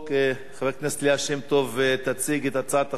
חברת הכנסת ליה שמטוב תציג את הצעת החוק במקום